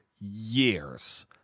years